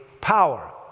power